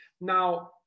Now